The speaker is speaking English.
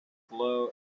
anglo